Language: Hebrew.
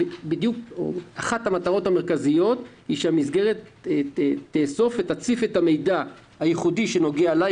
אחת המטרות המרכזיות היא שהמסגרת תציף את המידע הייחודי שנוגע לה,